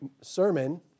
sermon